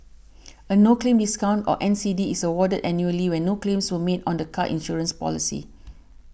a no claim discount or N C D is awarded annually when no claims were made on the car insurance policy